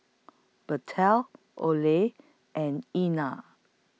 Bethel Ollie and Ena